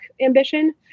ambition